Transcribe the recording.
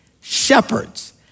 shepherds